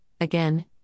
again